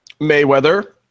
Mayweather